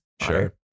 sure